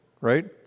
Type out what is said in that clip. right